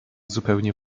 zupełnie